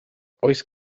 oes